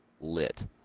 lit